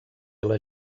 ela